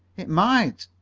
it might.